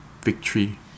victory